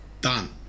Done